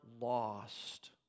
lost